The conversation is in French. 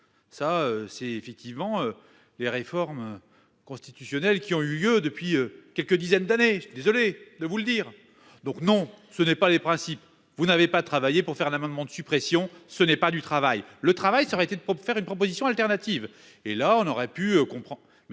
Ça c'est effectivement les réformes. Constitutionnelles qui ont eu lieu depuis quelques dizaines d'années. Désolé de vous le dire. Donc, non ce n'est pas les principes, vous n'avez pas travaillé pour faire l'amendement de suppression ce n'est pas du travail, le travail ça aurait été de pour faire une proposition alternative et là on aurait pu comprend